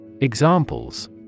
Examples